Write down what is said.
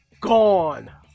gone